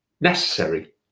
necessary